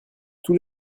tous